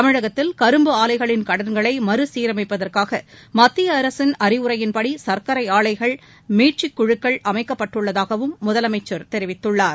தமிழகத்தில் கரும்பு ஆலைகளின் கடன்களை மறுசீரமைப்பதற்காக மத்திய அரசின் அறிவுரையின்படி சர்க்கரை ஆலைகள் மீட்சிக்குழுக்கள் அமைக்கப்பட்டுள்ளதாகவும் முதலமைச்சர் தெரிவித்துள்ளார்